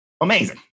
Amazing